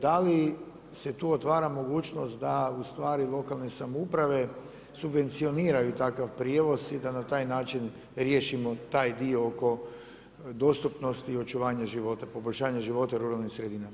Da li se tu otvara mogućnost da lokalne samouprave subvencioniraju takav prijevoz i da na taj način riješimo taj dio oko dostupnosti i očuvanja života, poboljšanja života u ruralnim sredinama?